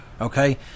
Okay